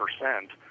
percent